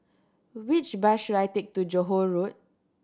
which bus should I take to Johore Road